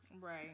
Right